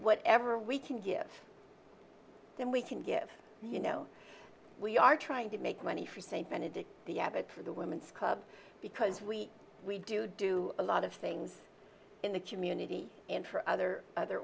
whatever we can give them we can give you know we are trying to make money for st benedict the abbot for the women's club because we we do do a lot of things in the community and for other other